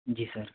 जी sir